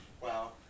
Wow